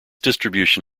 distribution